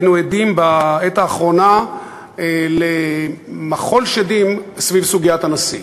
היינו עדים בעת האחרונה למחול שדים סביב סוגיית הנשיא.